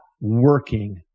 working